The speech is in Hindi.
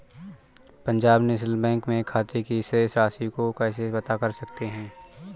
पंजाब नेशनल बैंक में खाते की शेष राशि को कैसे पता कर सकते हैं?